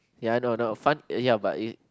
ya I know I know fun ya but it